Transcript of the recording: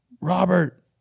Robert